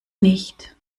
nicht